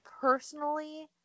personally